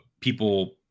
people